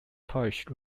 polish